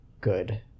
good